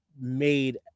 made